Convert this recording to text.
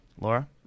Laura